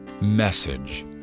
message